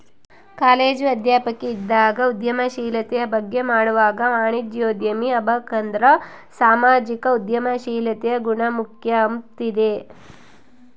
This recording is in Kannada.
ಕಾಲೇಜು ಅಧ್ಯಾಪಕಿ ಇದ್ದಾಗ ಉದ್ಯಮಶೀಲತೆ ಬಗ್ಗೆ ಮಾಡ್ವಾಗ ವಾಣಿಜ್ಯೋದ್ಯಮಿ ಆಬಕಂದ್ರ ಸಾಮಾಜಿಕ ಉದ್ಯಮಶೀಲತೆ ಗುಣ ಮುಖ್ಯ ಅಂಬ್ತಿದ್ದೆ